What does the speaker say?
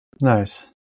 Nice